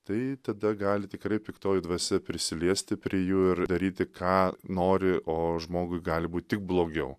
tai tada gali tikrai piktoji dvasia prisiliesti prie jų ir daryti ką nori o žmogui gali būt tik blogiau